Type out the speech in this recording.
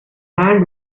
hand